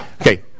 Okay